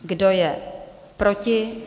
Kdo je proti?